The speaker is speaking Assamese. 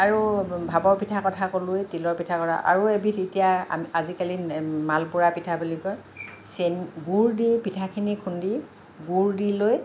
আৰু ভাপৰ পিঠাৰ কথা ক'লোৱেই তিলৰ পিঠা আৰু এবিধ এতিয়া আমি আজিকালি মালপোৰা পিঠা বুলি কয় চেনি গুৰ দি পিঠাখিনি খুন্দি গুৰ দি লৈ